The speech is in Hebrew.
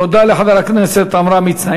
תודה לחבר הכנסת עמרם מצנע.